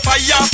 Fire